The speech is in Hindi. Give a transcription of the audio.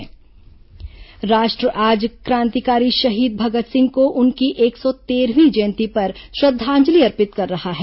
मगत सिंह जयंती राष्ट्र आज क्रांतिकारी शहीद भगत सिंह को उनकी एक सौ तेरहवीं जयंती पर श्रद्वांजलि अर्पित कर रहा है